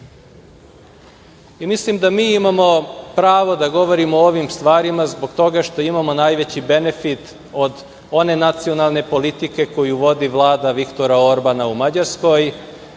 Srbije. Mislim da mi imamo pravo da govorimo o ovim stvarima zato što imamo najveći benefit od one nacionalne politike koju vodi Vlada Viktora Orbana u Mađarskoj